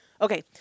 okay